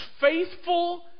faithful